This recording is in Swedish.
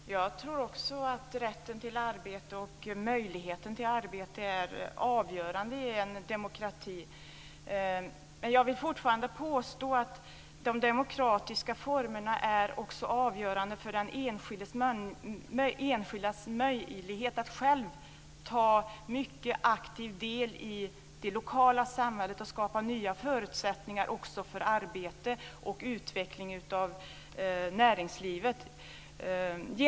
Fru talman! Jag tror också att rätten och möjligheten till arbete är avgörande i en demokrati. Men jag vill fortfarande påstå att de demokratiska formerna också är avgörande för de enskildas möjligheter att själva ta mycket aktiv del i det lokala samhället och skapa nya förutsättningar också för arbete och utveckling av näringslivet.